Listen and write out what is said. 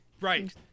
right